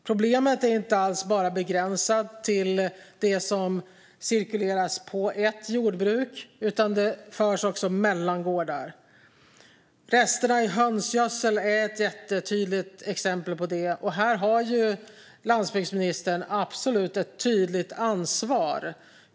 Problemet är inte alls begränsat till bara det som cirkuleras på ett jordbruk, utan det överförs också mellan gårdar. Resterna i hönsgödsel är ett jättetydligt exempel på det. Här har landsbygdsministern absolut ett tydligt ansvar.